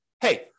hey